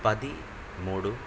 పది మూడు